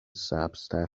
سبزتر